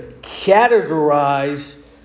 categorize